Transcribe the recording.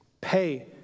pay